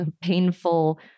painful